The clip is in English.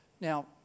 Now